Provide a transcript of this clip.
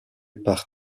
par